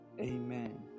Amen